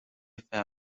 فرق